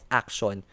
action